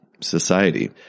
society